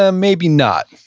ah maybe not